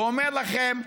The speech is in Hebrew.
ואומר לכם: